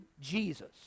Jesus